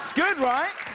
good, right?